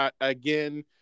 Again